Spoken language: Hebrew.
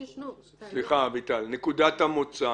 --- סליחה, אביטל, נקודת המוצא